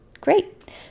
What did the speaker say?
Great